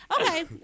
Okay